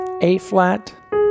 A-flat